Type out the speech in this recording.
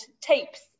tapes